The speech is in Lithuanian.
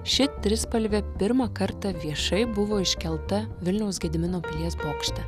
ši trispalvė pirmą kartą viešai buvo iškelta vilniaus gedimino pilies bokšte